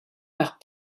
par